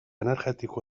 energetiko